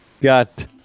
Got